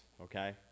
okay